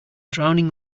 drowning